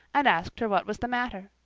and asked her what was the matter.